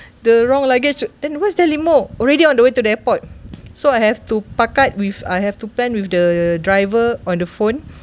the wrong luggage then where is that limo already on the way to the airport so I have to pakat with I have to plan with the driver on the phone